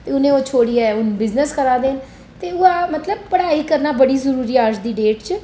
उनें ओह् छोड़ियै बिजनस करै दे न ते ओह् ऐ मतलब पढ़ाई करना बड़ा जरूरी ऐ अज्ज दी डेट च